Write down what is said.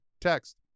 text